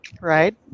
right